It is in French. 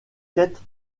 quête